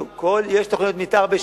אבל אין תוכניות מיתאר.